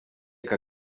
que